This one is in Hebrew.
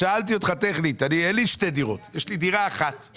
שאלתי אותך טכנית אין לי שתי דירות; יש לי דירה אחת.